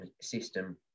system